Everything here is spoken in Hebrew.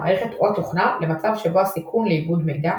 המערכת או התוכנה למצב שבו הסיכון לאיבוד מידע,